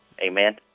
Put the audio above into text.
Amen